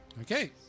Okay